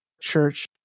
church